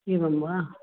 एवं वा